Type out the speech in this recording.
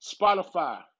Spotify